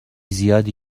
زیادی